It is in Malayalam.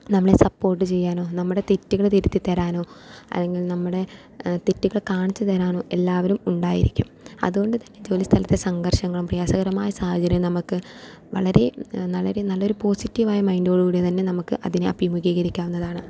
നമ്മളെ സപ്പോർട്ട് ചെയ്യാനോ നമ്മുടെ തെറ്റുകൾ തിരുത്തി തരാനോ അല്ലെങ്കിൽ നമ്മുടെ തെറ്റുകൾ കാണിച്ച് തരാനോ എല്ലാവരും ഉണ്ടായിരിക്കും അതുകൊണ്ട് തന്നെ ജോലി സ്ഥലത്തെ സംഘർഷങ്ങളും പ്രയാസകരമായ സാഹചര്യം നമുക്ക് വളരെ വളരെ നല്ലൊരു പോസിറ്റീവായ മൈൻ്റോടു കൂടി തന്നെ നമുക്ക് അതിനെ അഭിമുഖീകരിക്കാവുന്നതാണ്